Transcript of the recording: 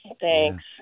Thanks